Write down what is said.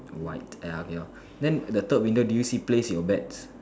white ya okay lor then the third window do you see place your bets